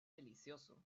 delicioso